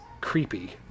creepy